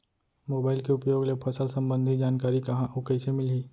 Mobile के उपयोग ले फसल सम्बन्धी जानकारी कहाँ अऊ कइसे मिलही?